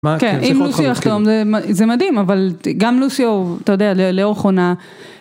כן, אם לוסיו יחתום זה מדהים, אבל גם לוסיו, אתה יודע, לאורך עונה